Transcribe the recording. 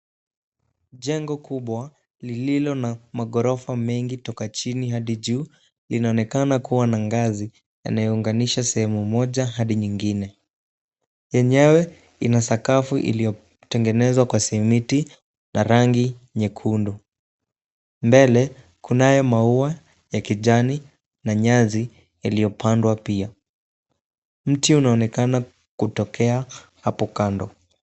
Jengo kubwa lililo na maghorofa mengi toka chini hadi juu linaonekana kuwa na ngazi yanayounganisha sehemu moja hadi nyingine, enyewe ina sakafu iliyotengenezwa kwa simiti na rangi nyekundu mbele kunaye maua ya kijani na nyasi iliyopandwa pia, mti unaonekana kutokea hapo kando.